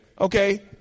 Okay